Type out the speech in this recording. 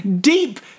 deep